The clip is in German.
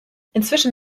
inzwischen